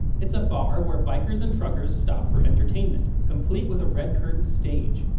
it's a bar where bikers and truckers stop for entertainment, complete with a red-curtained stage.